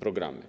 programy.